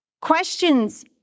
questions